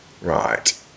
Right